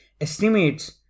estimates